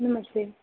नमस्ते